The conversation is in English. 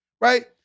right